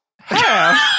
half